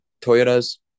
Toyota's